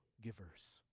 givers